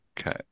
Okay